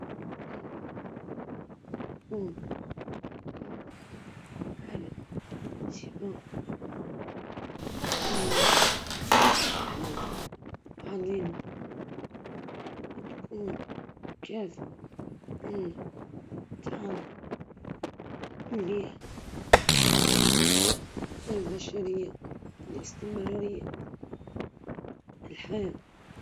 نختار الشفاء، لأن تخفيف ألم الناس وإعطائهم صحة جديدة حاجة عظيمة.